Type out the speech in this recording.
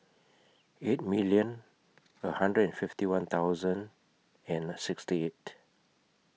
eighty million A hundred and fifty one thousand and sixty eight